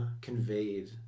Conveyed